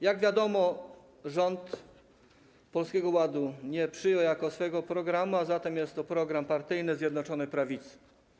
Jak wiadomo, rząd Polskiego Ładu nie przyjął jako swojego programu, a zatem jest to program partyjny Zjednoczonej Prawicy.